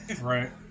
Right